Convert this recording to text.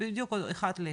בדיוק אחד לאחד.